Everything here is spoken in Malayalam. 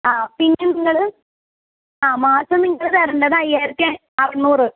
ആ പിന്നെ നിങ്ങൾ ആ മാസം നിങ്ങൾ തരേണ്ടത് അയ്യായിരത്തി അ അറുന്നൂറ്